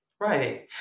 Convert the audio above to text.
Right